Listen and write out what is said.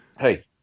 Hey